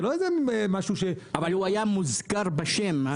זה היה מוזכר בשם.